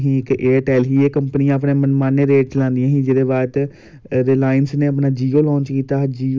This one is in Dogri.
बस इ'यै चाह्ना कि मेरे बी इयै बचार कि जे कल्ला ई में अग्गें कुते कुते बी जाइयै कुते पुज्जां कोई पोस्ट उप्पर